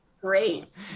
Great